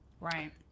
Right